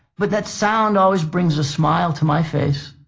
but that sound always brings a smile to my face